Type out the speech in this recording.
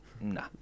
nah